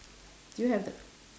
do you have the